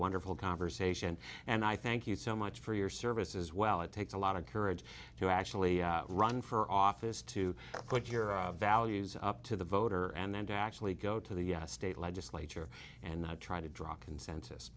wonderful conversation and i thank you so much for your service as well it takes a lot of courage to actually run for office to put your values up to the voter and then to actually go to the state legislature and try to draw a consensus